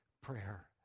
prayer